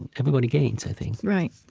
everybody gains, i think right.